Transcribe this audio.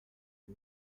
des